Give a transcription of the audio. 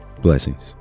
Blessings